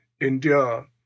endure